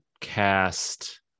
cast